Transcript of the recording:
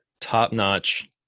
top-notch